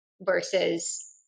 versus